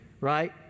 right